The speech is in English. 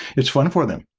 it's fun for them.